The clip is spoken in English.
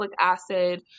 acid